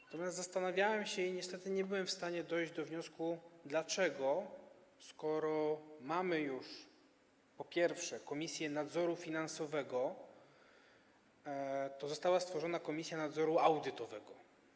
Natomiast zastanawiałem się i niestety nie byłem w stanie dojść do wniosku, dlaczego, skoro mamy już, po pierwsze, Komisję Nadzoru Finansowego, została stworzona Komisja Nadzoru Audytowego.